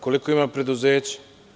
Koliko ima preduzeća?